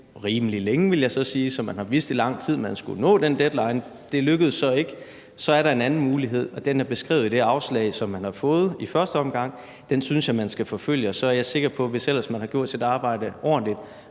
rimelig længe, vil jeg så sige, så man har vidst i lang tid, at man skulle nå den deadline. Det lykkedes så ikke. Så er der en anden mulighed, og den er beskrevet i det afslag, som man har fået i første omgang. Den synes jeg man skal forfølge, og så er jeg sikker på, at hvis man ellers har gjort sit arbejde ordentligt,